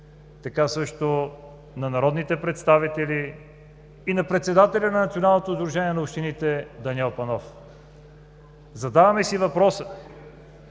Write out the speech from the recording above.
така също на народните представители и на председателя на Националното сдружение на общините Даниел Панов. Задаваме си въпрос